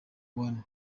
one